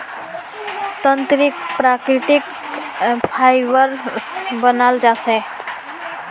तंत्रीक प्राकृतिक फाइबर स बनाल जा छेक